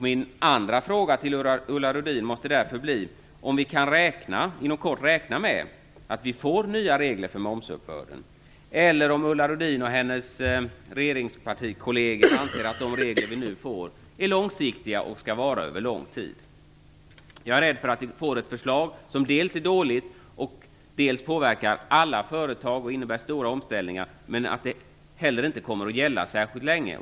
Min andra fråga till Ulla Rudin bli därför: Kan vi räkna med att vi inom kort får nya regler för momsuppbörden, eller anser Ulla Rudin och hennes partikolleger i regeringen att de regler vi nu får är långsiktiga och skall vara över lång tid? Jag är rädd för att detta förslag dels är dåligt, dels påverkar alla företag. Det kommer att innebära stora omställningar, men det kommer inte att gälla särskilt länge.